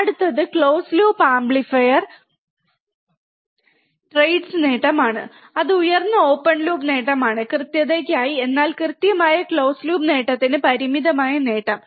അടുത്തത് close loop amplifier trades നേട്ടമാണ് അത് ഉയർന്ന ഓപ്പൺ ലൂപ്പ് നേട്ടമാണ് കൃത്യതയ്ക്കായി എന്നാൽ കൃത്യമായ ക്ലോസ് ലൂപ്പ് നേട്ടത്തിന് പരിമിതമായ നേട്ടം